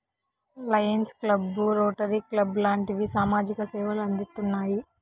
Lions club, Rotary club లాంటివి సామాజిక సేవలు అందిత్తున్నాయి